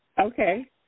Okay